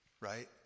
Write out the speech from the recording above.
Right